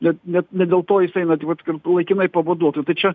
net net ne dėl to jis eina tai vat ir laikinai pavaduotų tai čia